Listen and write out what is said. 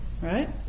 Right